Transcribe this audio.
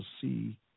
see